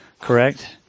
correct